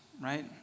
right